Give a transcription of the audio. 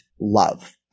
love